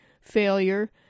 failure